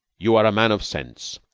you are a man of sense.